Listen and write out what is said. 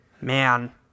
Man